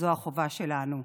זו החובה שלנו.